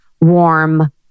warm